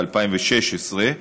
ב-2016.